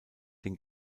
den